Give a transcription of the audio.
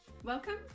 Welcome